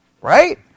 right